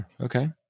Okay